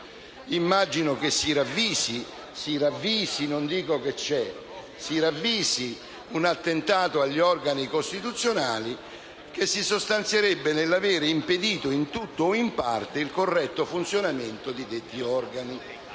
Immagino che si ravvisi lì un attentato agli organi costituzionali, che si sostanzierebbe nell'avere impedito, in tutto o in parte, il corretto funzionamento di detti organi.